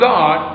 God